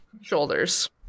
Shoulders